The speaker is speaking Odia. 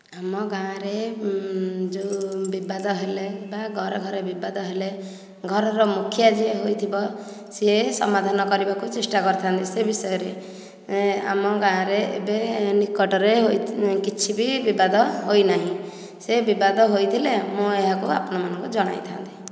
ଆମ ଗାଁରେ ଯେଉଁ ବିବାଦ ହେଲେ ବା ଘରେ ଘରେ ବିବାଦ ହେଲେ ଘରର ମୁଖିଆ ଯିଏ ହୋଇଥିବ ସେ ସମାଧାନ କରିବାକୁ ଚେଷ୍ଟା କରିଥାନ୍ତି ସେ ବିଷୟରେ ଆମ ଗାଁରେ ଏବେ ନିକଟରେ କିଛି ବି ବିବାଦ ହୋଇନାହିଁ ସେ ବିବାଦ ହୋଇଥିଲେ ମୁଁ ଏହାକୁ ଆପଣ ମାନଙ୍କୁ ଜଣାଇଥାନ୍ତି